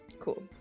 Cool